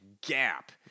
gap